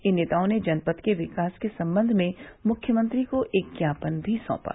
इन नेताओं ने जनपद के विकास के संबंध में मुख्यमंत्री को एक ज्ञापन भी सौंपा